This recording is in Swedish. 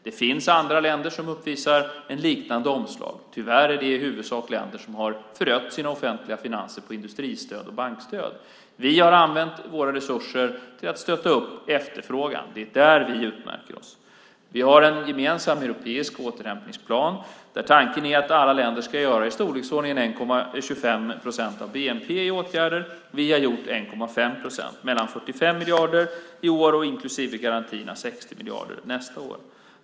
Det finns andra länder som uppvisar ett liknande omslag, tyvärr i huvudsak länder som har förött sina offentliga finanser på industristöd och bankstöd. Vi har använt våra resurser till att stötta upp efterfrågan; det är där vi utmärker oss. Vi har en gemensam europeisk återhämtningsplan. Tanken är att alla länder ska åstadkomma i storleksordningen 1,25 procent av bnp i åtgärder. Vi har åstadkommit 1,5 procent. Det handlar om mellan 45 miljarder i år och, inklusive garantierna, 60 miljarder nästa år.